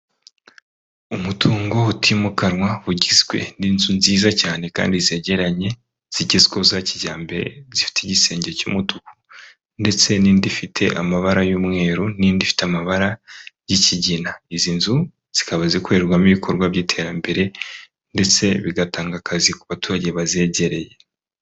Umutungo utimukanwa ugizwe n'inzu nziza cyane kandi zegeranye zigezweho za kijyambere zifite igisenge cy'umutuku. Ndetse n'indi ifite amabara y'umweru n'indi ifite amabara y'ikigina. Izi nzu zikaba zikorerwamo ibikorwa by'iterambere, ndetse bigatanga akazi ku baturage bazegereye.